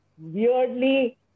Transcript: weirdly